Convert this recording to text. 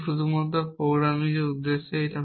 এটি শুধুমাত্র প্রোগ্রামিং উদ্দেশ্যে